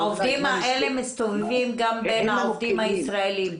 העובדים האלה מסתובבים גם בין העובדים הישראלים.